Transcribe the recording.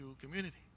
community